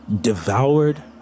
devoured